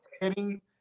hitting